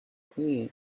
clear